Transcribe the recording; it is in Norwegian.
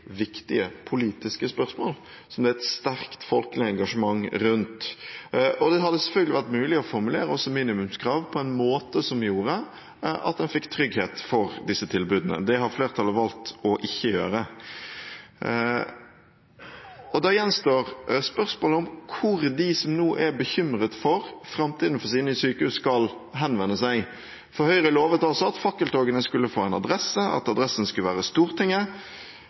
viktige politiske spørsmål som det er et sterkt folkelig engasjement rundt. Det hadde selvfølgelig vært mulig å formulere minimumskrav på en måte som gjorde at en fikk trygghet for disse tilbudene. Det har flertallet valgt ikke å gjøre. Da gjenstår spørsmålet om hvor de som nå er bekymret for framtiden for sine sykehus, skal henvende seg. Høyre lovet at fakkeltogene skulle få en adresse, at adressen skulle være Stortinget,